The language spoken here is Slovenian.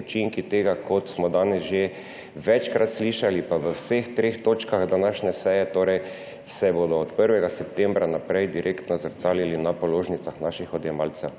Učinki tega, kot smo danes že večkrat slišali v vseh treh točkah današnje seje, se bodo od 1. septembra naprej direktno zrcalili na položnicah naših odjemalcev.